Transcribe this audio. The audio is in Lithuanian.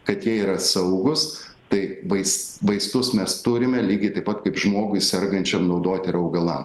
kad jie yra saugūs tai vais vaistus mes turime lygiai taip pat kaip žmogui sergančiam naudoti ir augalam